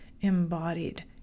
embodied